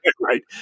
Right